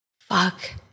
fuck